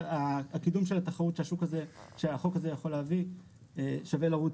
כי הקידום של התחרות שהחוק הזה יכול להביא שווה לרוץ